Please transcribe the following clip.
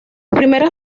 primeras